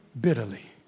bitterly